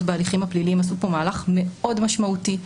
בהליכים הפליליים עשו פה מהלך מאוד משמעותי,